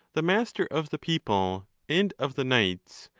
the master of the people and of the knights,